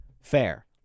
Fair